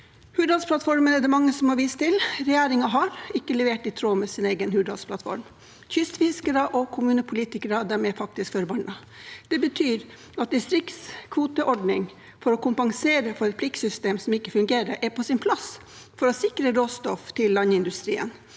Hurdalsplattformen er det mange som har vist til. Regjeringen har ikke levert i tråd med sin egen hurdalsplattform. Kystfiskere og kommunepolitikere er faktisk forbannet. Det betyr at distriktskvoteordning for å kompensere for et pliktsystem som ikke fungerer, er på sin plass for å sikre råstoff til landindustrien.